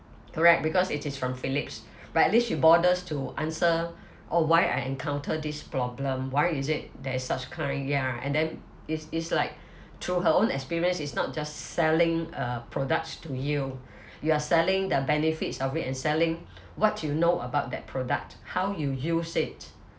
correct because it is from philips but at least she bothers to answer oh why I encounter this problem why is it that is such kind ya and then it's it's like to her own experience is not just selling a product to you you are selling the benefits of it and selling what you know about that product how you use it